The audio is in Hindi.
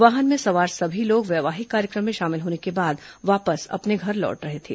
वाहन में सवार सभी लोग वैवाहिक कार्यक्रम में शामिल होने के बाद वापस अपने घर लौट रहे थे